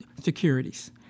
securities